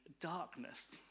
darkness